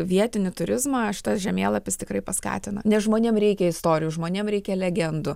vietinį turizmą šitas žemėlapis tikrai paskatina nes žmonėms reikia istorijų žmonėms reikia legendų